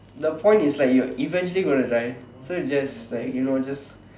the point is like you're eventually gonna die so just like you know just